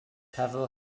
pavel